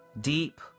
deep